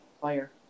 Fire